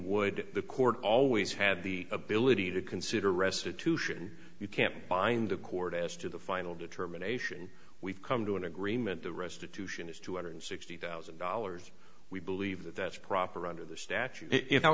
would the court always had the ability to consider restitution you can't bind a court as to the final determination we've come to an agreement the restitution is two hundred sixty thousand dollars we believe that that's proper under the statute